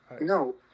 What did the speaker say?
No